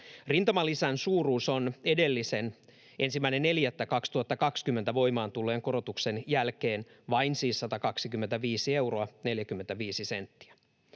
Rintamalisän suuruus on edellisen, 1.4.2020 voimaan tulleen korotuksen jälkeen siis vain 125 euroa